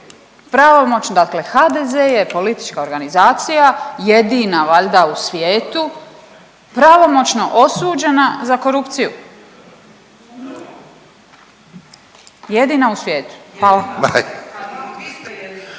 pravomoćno, dakle HDZ je politička organizacija, jedina valjda u svijetu pravomoćno osuđena za korupciju, jedina u svijetu, hvala.